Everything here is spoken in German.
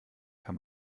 kann